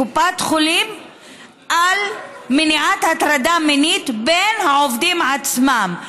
של קופת חולים למניעת הטרדה מינית בין העובדים עצמם,